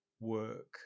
work